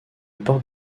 portes